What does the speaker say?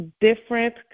different